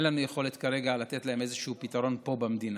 אין לנו יכולת כרגע לתת להם איזשהו פתרון פה במדינה.